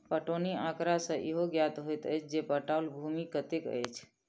पटौनी आँकड़ा सॅ इहो ज्ञात होइत अछि जे पटाओल भूमि कतेक अछि